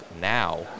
now